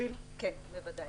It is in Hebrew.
בבקשה,